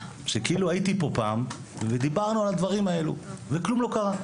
שכאילו הייתי פה פעם ודיברנו על הדברים האלה וכלום לא קרה.